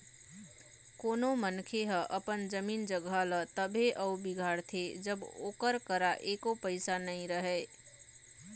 कोनो मनखे ह अपन जमीन जघा ल तभे अउ बिगाड़थे जब ओकर करा एको पइसा नइ रहय